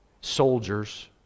soldiers